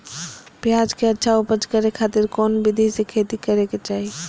प्याज के अच्छा उपज करे खातिर कौन विधि से खेती करे के चाही?